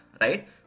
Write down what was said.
right